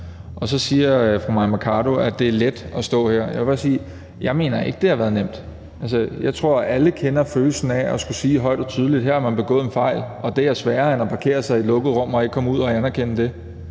og så siger fru Mai Mercado, at det er let for mig at stå her. Jeg vil bare sige, at jeg ikke mener, at det har været nemt. Jeg tror, alle ved, hvordan det føles at skulle sige højt og tydeligt, at her har man begået en fejl, og at det er sværere end at parkere sig selv i et lukket rum og ikke komme ud derfra og erkende det.